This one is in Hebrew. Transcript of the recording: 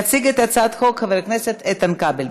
כעת אנחנו נעבור להצעת החוק האחרונה להיום,